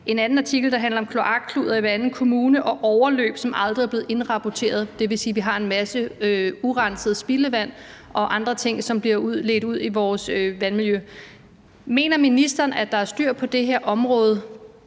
En anden artikel handler om kloakkludder i hver anden kommune og overløb, som aldrig er blevet indrapporteret. Det vil sige, at vi har en masse urenset spildevand og andre ting, som bliver ledt ud i vores vandmiljø. Mener ministeren, at der er styr på det her område,